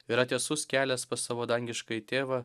yra tiesus kelias pas savo dangiškąjį tėvą